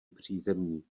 přízemní